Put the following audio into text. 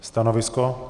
Stanovisko?